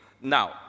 now